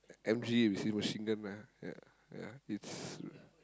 M_G we say machine-gun ah ya ya it's